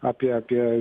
apie apie